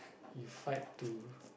you fight to